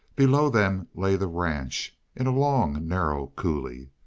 below them lay the ranch in a long, narrow coulee.